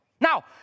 Now